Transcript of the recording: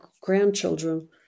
grandchildren